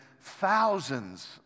thousands